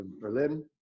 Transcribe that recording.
berlin